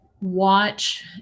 watch